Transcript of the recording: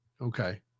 Okay